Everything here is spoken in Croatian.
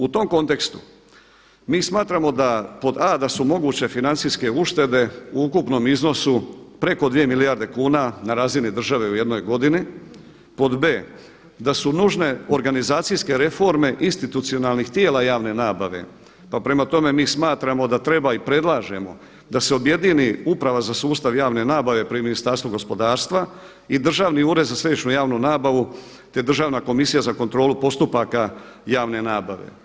U tom kontekstu mi smatramo da pod a) da su moguće financijske uštede u ukupnom iznosu preko 2 milijarde kuna na razini države u jednoj godini, pod b) da su nužne organizacijske reforme institucionalnih tijela javne nabave pa prema tome mi smatramo da treba i predlažemo da se objedini Uprava za sustav javne nabave pri Ministarstvu gospodarstva i Državni ured za središnju javnu nabavu te Državna komisija za kontrolu postupaka javne nabave.